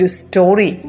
story